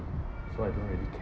so I don't really care